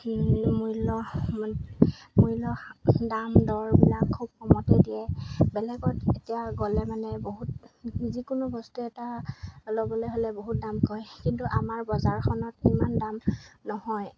মূল্য মূল্য দাম দৰবিলাক খুব কমতে দিয়ে বেলেগত এতিয়া গ'লে মানে বহুত যিকোনো বস্তু এটা ল'বলৈ হ'লে বহুত দাম কয় কিন্তু আমাৰ বজাৰখনত ইমান দাম নহয়